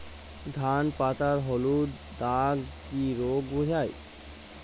ধান পাতায় হলুদ দাগ কি রোগ বোঝায়?